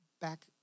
back